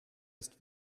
ist